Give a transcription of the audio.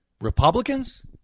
Republicans